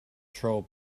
troll